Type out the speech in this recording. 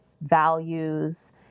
values